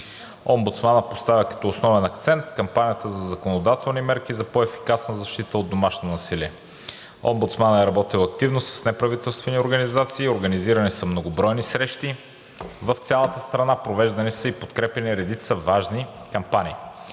омбудсманът поставя като основен акцент кампанията за законодателни мерки за по-ефикасна защита от домашно насилие. Омбудсманът е работил активно с неправителствени организации. Организирани са многобройни срещи в цялата страна, провеждани са и подкрепяни редица важни кампании.